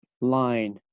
line